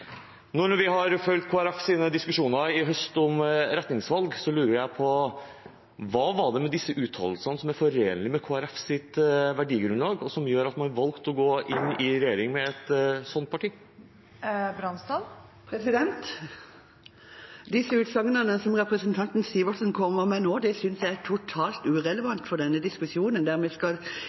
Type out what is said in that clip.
når vi har fulgt Kristelig Folkepartis diskusjoner i høst om retningsvalg, så lurer jeg på: Hva er det med disse uttalelsene som er forenlig med Kristelig Folkepartis verdigrunnlag, og som gjør at man valgte å gå inn i regjering med et sånt parti? Disse utsagnene som representanten Sivertsen kommer med nå, syns jeg er totalt irrelevant for denne diskusjonen, der vi skal